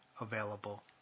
available